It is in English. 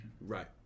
Right